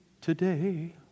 today